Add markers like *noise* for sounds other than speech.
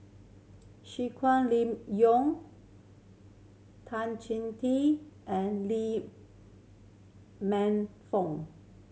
*unintelligible* Tan *unintelligible* Tee and Lee Man Fong